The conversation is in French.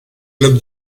club